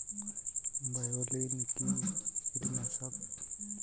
বায়োলিন কি কীটনাশক?